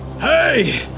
Hey